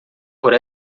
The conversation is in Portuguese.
por